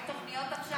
אבל יש תוכניות עכשיו,